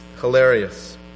hilarious